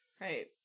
Right